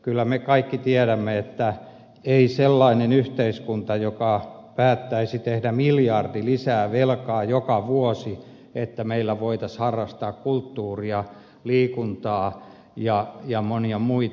kyllä me kaikki tiedämme että ei yhteiskunta voi päättää tehdä miljardia lisää velkaa joka vuosi että meillä voitaisiin harrastaa kulttuuria liikuntaa ja monia muita